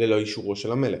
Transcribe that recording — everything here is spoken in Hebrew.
ללא אישורו של המלך.